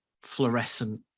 fluorescent